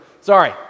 Sorry